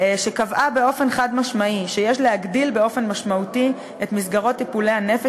שקבעה באופן חד-משמעי שיש להגדיל באופן משמעותי את מסגרות טיפולי הנפש